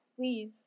please